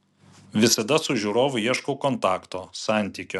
visada su žiūrovu ieškau kontakto santykio